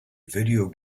video